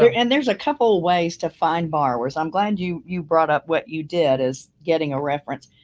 and there's a couple of ways to find borrowers. i'm glad you you brought up what you did is getting a reference.